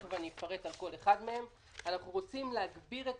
ותיכף אפרט על כל אחד מהם אנחנו רוצים להגביר את